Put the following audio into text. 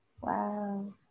Wow